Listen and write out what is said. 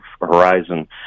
horizon